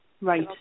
Right